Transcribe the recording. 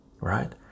right